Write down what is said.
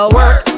work